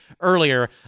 earlier